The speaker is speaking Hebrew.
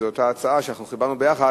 זו אותה הצעה שחיברנו ביחד,